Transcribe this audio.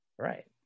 right